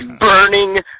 burning